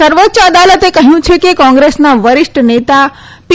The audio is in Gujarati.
સર્વોચ્ય અદાલતે કહ્યું છે કે કોંગ્રેસના વરિષ્ઠ નેતા પી